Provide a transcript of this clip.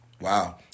Wow